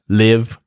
live